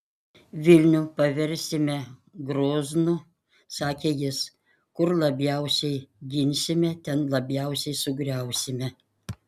vilnių paversime groznu sakė jis kur labiausiai ginsime ten labiausiai sugriausime